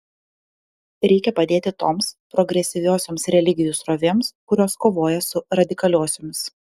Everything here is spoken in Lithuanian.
reikia padėti toms progresyviosioms religijų srovėms kurios kovoja su radikaliosiomis